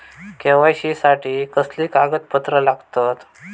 KYC साठी कसली कागदपत्र लागतत?